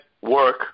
work